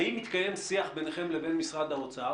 האם מתקיים שיח ביניכם לבין משרד האוצר?